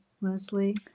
Leslie